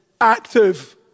active